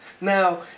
Now